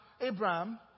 Abraham